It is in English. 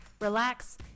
relax